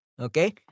Okay